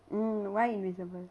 mm why invisible